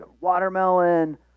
watermelon